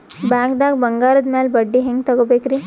ಬ್ಯಾಂಕ್ದಾಗ ಬಂಗಾರದ್ ಮ್ಯಾಲ್ ಬಡ್ಡಿ ಹೆಂಗ್ ತಗೋಬೇಕ್ರಿ?